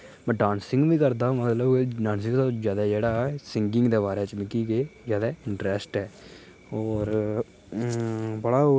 में डानसिंग बी करना मतलब डानसिंग दा जैदा जेह्ड़ा सिंगिंग दे बारे च मिगी कि जैदा इंटरैस्ट ऐ होर बड़ा